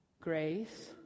grace